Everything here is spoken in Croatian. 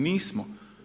Nismo.